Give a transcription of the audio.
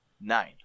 Nine